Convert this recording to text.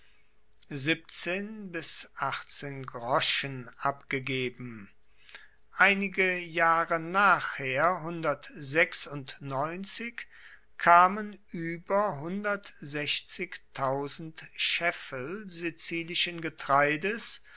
groschen abgegeben einige jahre nachher kamen über scheffel sizilischen getreides